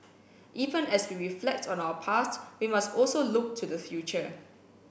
even as we reflect on our past we must also look to the future